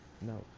No